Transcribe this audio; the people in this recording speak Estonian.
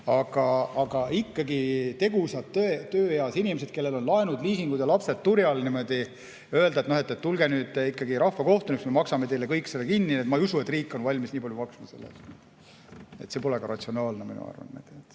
aga ikkagi tegusatele tööeas inimestele, kellel on laenud-liisingud ja lapsed turjal, öelda, et näete, tulge nüüd ikkagi rahvakohtunikuks, me maksame teile kõik selle kinni. Ma ei usu, et riik on valmis nii palju maksma. See pole ka ratsionaalne, arvan.